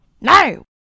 No